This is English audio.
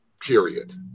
period